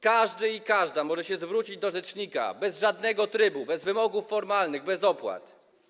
Każdy i każda może się zwrócić do rzecznika bez żadnego trybu, bez wymogów formalnych, bez opłat.